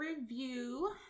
review